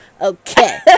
Okay